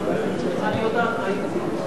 שתקבע ועדת הכנסת נתקבלה.